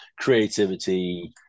creativity